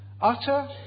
Utter